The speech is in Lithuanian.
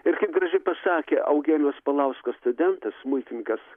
ir kaip gražiai pasakė eugenijus paulausko studentas smuikininkas